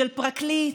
של פרקליט,